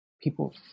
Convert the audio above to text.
people